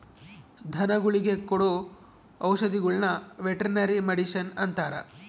ಧನಗುಳಿಗೆ ಕೊಡೊ ಔಷದಿಗುಳ್ನ ವೆರ್ಟನರಿ ಮಡಿಷನ್ ಅಂತಾರ